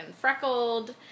freckled